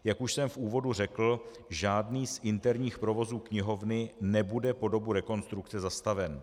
Jak už jsem v úvodu řekl, žádný z interních provozů knihovny nebude po dobu rekonstrukce zastaven.